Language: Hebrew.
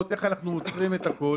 עוצרים את הכל.